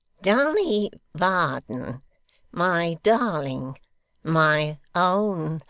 dolly varden my darling my own,